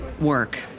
work